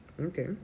Okay